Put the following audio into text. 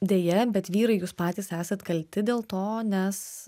deja bet vyrai jūs patys esat kalti dėl to nes